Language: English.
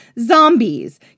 zombies